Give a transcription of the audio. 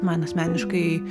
man asmeniškai